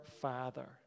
Father